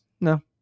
no